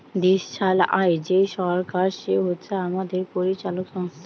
দেশ চালায় যেই সরকার সে হচ্ছে আমাদের পরিচালক সংস্থা